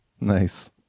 nice